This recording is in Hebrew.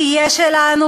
תהיה שלנו,